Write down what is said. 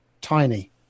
tiny